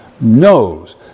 knows